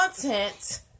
content